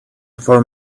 for